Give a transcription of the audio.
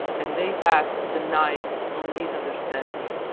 and they passed the night on this understanding.